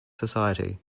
society